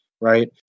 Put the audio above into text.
right